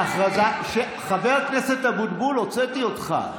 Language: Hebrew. חבר הכנסת אבוטבול, הוצאתי אותך.